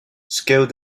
scaled